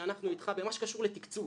שאנחנו איתך במה שקשור לתקצוב,